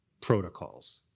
protocols